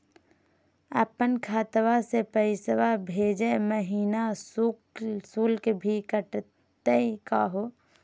अपन खतवा से पैसवा भेजै महिना शुल्क भी कटतही का हो?